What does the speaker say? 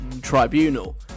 tribunal